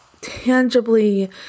tangibly